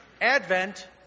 Advent